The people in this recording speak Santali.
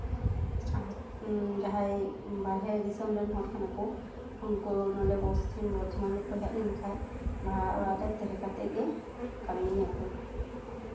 ᱡᱟᱦᱟᱸᱭ ᱵᱟᱦᱨᱮ ᱫᱤᱥᱚᱢ ᱨᱮᱱ ᱦᱚᱲ ᱠᱟᱱᱟ ᱠᱚ ᱩᱱᱠᱩ ᱱᱚᱰᱮ ᱯᱚᱥᱪᱷᱤᱢ ᱵᱚᱨᱫᱷᱚᱢᱟᱱ ᱨᱮᱠᱚ ᱦᱮᱡ ᱞᱮᱱᱠᱷᱟᱱ ᱵᱷᱟᱲᱟ ᱚᱲᱟᱜ ᱨᱮ ᱛᱟᱦᱮᱸ ᱠᱟᱛᱮᱫ ᱜᱮ ᱠᱟᱹᱢᱤᱭᱟᱠᱚ